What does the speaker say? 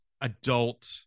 adult